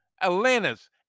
Atlanta's